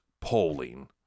polling